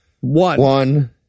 One